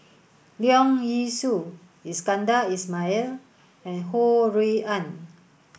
Leong Yee Soo Iskandar Ismail and Ho Rui An